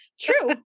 True